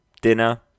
dinner